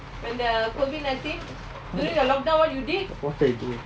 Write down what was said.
what I do